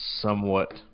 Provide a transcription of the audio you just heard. somewhat